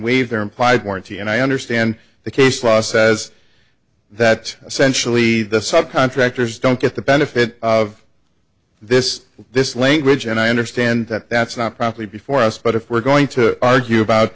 their implied warranty and i understand the case law says that essentially the sub contractors don't get the benefit of this this language and i understand that that's not properly before us but if we're going to argue about